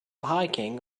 hiking